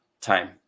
time